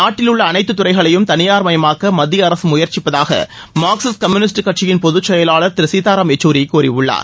நாட்டிலுள்ள அனைத்து துறைகளையும் தனியார்மயமாக்க மத்திய அரசு முயற்சிப்பதாக மார்க்சிஸ்ட் கம்யூனிஸ்ட் கட்சியின் பொதுச் செயலாளர் திரு சீதாராம் யெச்சூரி கூறியுள்ளார்